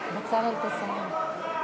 אולי להגיד דבר תורה.